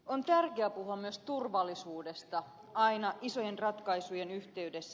on tärkeä puhua myös turvallisuudesta aina isojen ratkaisujen yhteydessä